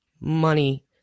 money